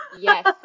Yes